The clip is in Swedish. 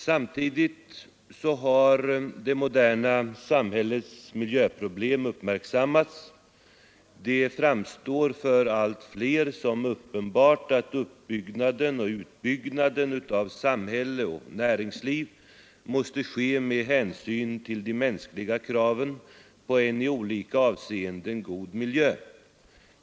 Samtidigt har det moderna samhällets miljöproblem uppmärksammats. Det framstår för allt fler som uppenbart att uppoch utbyggnaden av samhälle och näringsliv måste ske med hänsyn till de mänskliga kraven på en i olika avseenden god miljö.